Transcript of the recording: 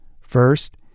First